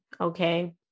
okay